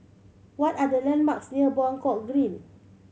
what are the landmarks near Buangkok Green